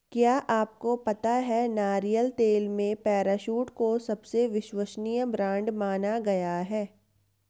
क्या आपको पता है नारियल तेल में पैराशूट को सबसे विश्वसनीय ब्रांड माना गया है?